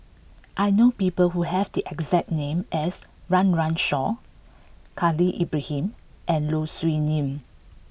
I know people who have the exact name as Run Run Shaw Khalil Ibrahim and Low Siew Nghee